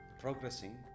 progressing